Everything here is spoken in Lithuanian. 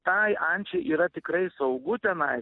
tai ančiai yra tikrai saugu tenais